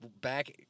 back